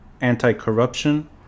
anti-corruption